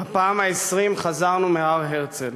בפעם ה-20, חזרנו מהר-הרצל.